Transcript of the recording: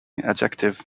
adjective